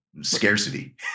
scarcity